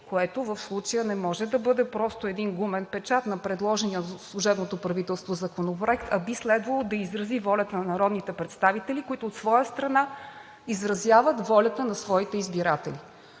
което в случая не може да бъде просто един гумен печат на предложения от служебното правителство законопроект, а би следвало да изрази волята на народните представители, които от своя страна изразяват волята на своите избиратели.